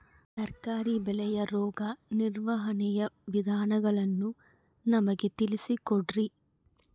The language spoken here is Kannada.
ತರಕಾರಿ ಬೆಳೆಯ ರೋಗ ನಿರ್ವಹಣೆಯ ವಿಧಾನಗಳನ್ನು ನಮಗೆ ತಿಳಿಸಿ ಕೊಡ್ರಿ?